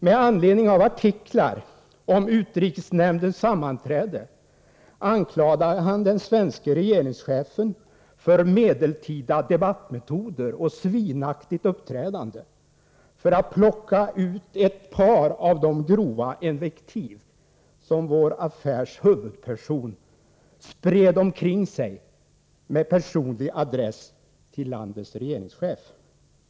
Med anledning av artiklar om utrikesnämndens sammanträde anklagade han den svenske regeringschefen för medeltida debattmetoder och svinaktigt uppträdande, för att plocka ut ett par av de grova invektiv som vår affärs huvudperson spred omkring sig med personlig adress till landets regeringschef.